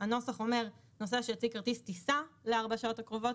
הנוסח אומר שנוסע שיציג כרטיס טיסה לארבע השעות הקרובות,